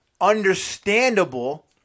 understandable